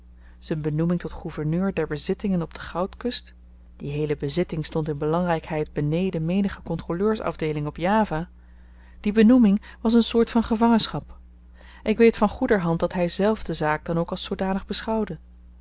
z'n benoeming tot gouverneur der bezittingen op de goudkust die heele bezitting stond in belangrykheid beneden menige kontroleursafdeeling op java die benoeming was n soort van gevangenschap ik weet van goederhand dat hyzelf de zaak dan ook als zoodanig beschouwde